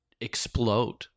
explode